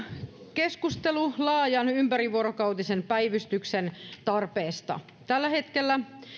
keskustelu laajan ympärivuorokautisen päivystyksen tarpeesta tällä hetkellä